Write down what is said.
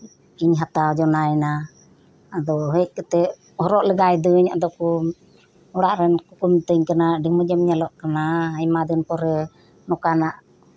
ᱤᱧ ᱦᱟᱛᱟᱣ ᱡᱚᱱᱟᱣ ᱮᱱᱟ ᱟᱫᱚ ᱦᱮᱡ ᱠᱟᱛᱮᱜ ᱦᱚᱨᱚᱜ ᱞᱮᱜᱟᱭ ᱫᱟᱹᱧ ᱟᱫᱚ ᱠᱚ ᱚᱲᱟᱜ ᱨᱮᱱ ᱠᱚᱠᱚ ᱢᱤᱛᱟᱹᱧ ᱠᱟᱱᱟ ᱟᱹᱰᱤ ᱢᱚᱸᱡᱮᱢ ᱧᱮᱞᱚᱜ ᱠᱟᱱᱟ ᱟᱭᱢᱟ ᱫᱤᱱ ᱯᱚᱨᱮ ᱱᱚᱝᱠᱟᱱᱟᱜ